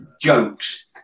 jokes